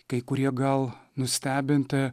kai kurie gal nustebinti